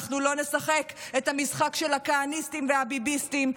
אנחנו לא נשחק את המשחק את הכהניסטים והביביסטים.